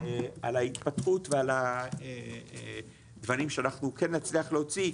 ההתפתחות ועל הדברים שאנחנו כן נצליח להוציא.